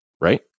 right